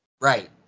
Right